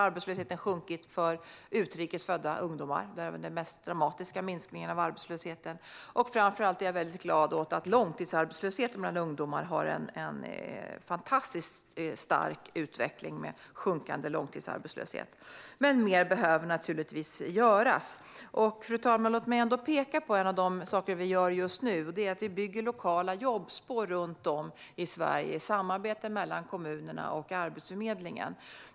Arbetslösheten har sjunkit mest för utrikes födda ungdomar. Där har vi den mest dramatiska minskningen. Jag är framför allt glad över den starka utvecklingen när det gäller den sjunkande långtidsarbetslösheten bland ungdomar, men mer behöver naturligtvis göras. Fru talman! Låt mig peka på en av de saker som vi gör just nu. Det är att vi bygger lokala jobbspår runt om i Sverige. Det är ett samarbete mellan kommunerna och Arbetsförmedlingen.